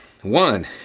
One